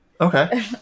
Okay